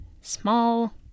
small